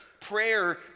prayer